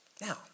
Now